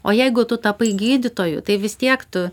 o jeigu tu tapai gydytoju tai vis tiek tu